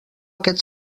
aquest